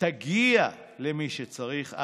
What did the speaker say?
תגיע למי שצריך,